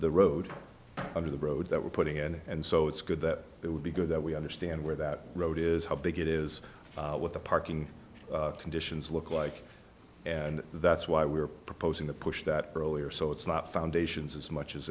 the road over the road that we're putting in and so it's good that it would be good that we understand where that road is how big it is what the parking conditions look like and that's why we're proposing the push that earlier so it's not foundations as much as